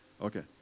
Okay